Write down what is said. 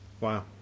Wow